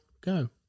go